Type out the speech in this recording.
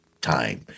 Time